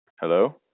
Hello